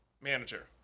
manager